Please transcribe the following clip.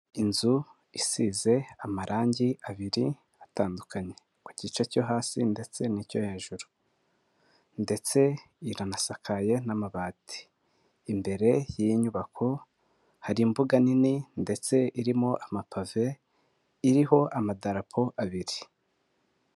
Inzu isize amarangi abiri atandukanye, ku gice cyo hasi ndetse n'icyo hejuru ndetse iranasakaye n'amabati. Imbere y'iyi nyubako hari imbuga nini ndetse irimo amapave, iriho amadarapo abiri.